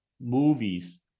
movies